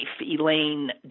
Elaine